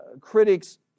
critics